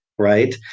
Right